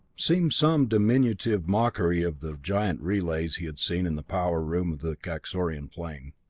seemed some diminutive mockery of the giant relays he had seen in the power room of the kaxorian plane.